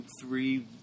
three